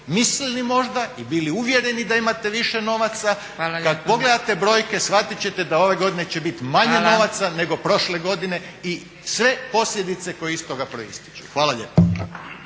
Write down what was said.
mislili možda i bili uvjereni da imate više novaca kada pogledate brojke shvatiti ćete da ove godine će biti manje novaca nego prošle godine i sve posljedice koje iz toga proističu. Hvala lijepa.